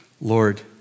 Lord